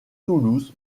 toulouse